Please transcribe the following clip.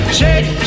shake